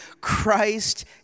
Christ